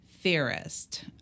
Theorist